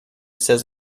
says